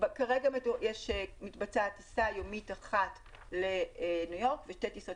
כרגע מתבצעת טיסה יומית אחת לניו-יורק ושתי טיסות